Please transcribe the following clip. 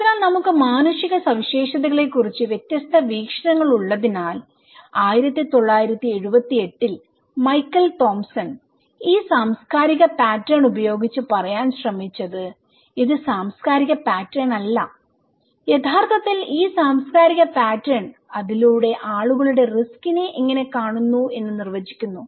അതിനാൽ നമുക്ക് മാനുഷിക സവിശേഷതകളെക്കുറിച്ച് വ്യത്യസ്ത വീക്ഷണങ്ങൾ ഉള്ളതിനാൽ 1978 ൽ മൈക്കൽ തോംസൺ ഈ സാംസ്കാരിക പാറ്റേൺ ഉപയോഗിച്ച് പറയാൻ ശ്രമിച്ചത് ഇത് സാംസ്കാരിക പാറ്റേണല്ല യഥാർത്ഥത്തിൽ ഈ സാംസ്കാരിക പാറ്റേൺ അതിലൂടെ ആളുകൾ റിസ്കിനെ എങ്ങനെ കാണുന്നു എന്ന് നിർവചിക്കുന്നു